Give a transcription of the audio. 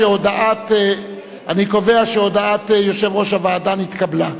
שהודעת יושב-ראש הוועדה נתקבלה.